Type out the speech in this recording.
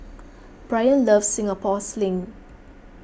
Brian loves Singapore Sling